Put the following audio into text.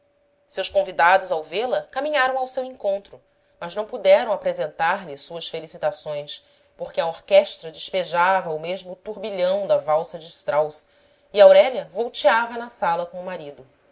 seus convidados ao vê-la caminharam ao seu encontro mas não puderam apresentar-lhe suas felicitações porque a orquestra despejava o mesmo turbilhão da valsa de strauss e aurélia volteava na sala com o marido